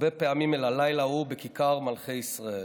הרבה פעמים אל הלילה ההוא בכיכר מלכי ישראל.